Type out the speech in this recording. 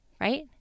Right